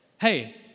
Hey